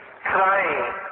crying